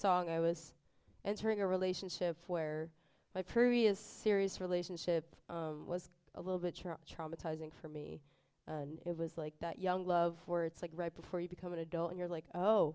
song i was entering a relationship where my previous serious relationship was a little bit traumatizing for me and it was like that young love or it's like right before you become an adult and you're like oh